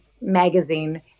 magazine